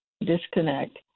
disconnect